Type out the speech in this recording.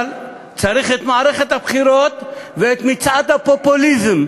אבל צריך את מערכת הבחירות ואת מצעד הפופוליזם.